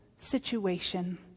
situation